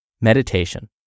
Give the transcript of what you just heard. Meditation